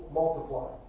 multiply